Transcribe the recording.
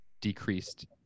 decreased